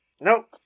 Nope